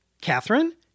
Catherine